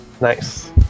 Nice